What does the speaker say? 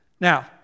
Now